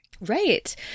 Right